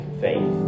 faith